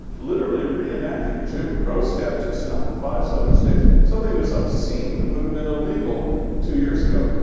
literally reenacting jim crow statutes now in five southern states. something that is obscene. it would've been illegal two years ago.